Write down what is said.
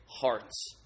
hearts